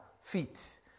feet